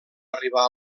arribar